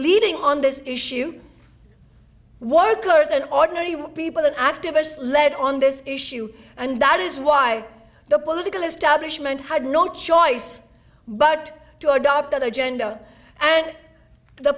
leading on this issue workers and ordinary people and activists lead on this issue and that is why the political establishment had no choice but to adopt other agenda and the